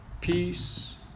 peace